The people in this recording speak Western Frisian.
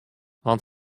want